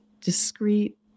discrete